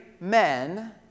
men